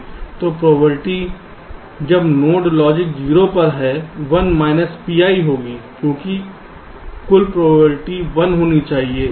तो प्रोबेबिलिटी जब node logic 0 पर है 1 माइनस Pi होगी क्योंकि कुल प्रोबेबिलिटी 1 होनी चाहिए